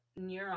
neuron